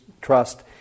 trust